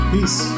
Peace